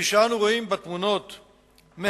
כפי שאנו רואים בתמונות מהאיטי,